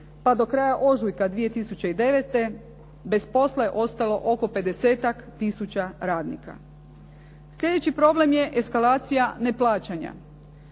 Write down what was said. pa do kraja ožujka 2009. bez posla je ostalo oko 50-ak tisuća radnika. Sljedeći problem je eskalacija neplaćanja.